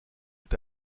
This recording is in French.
est